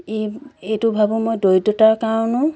এই এইটো ভাবোঁ মই দৰিদ্ৰতাৰ কাৰণো